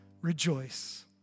rejoice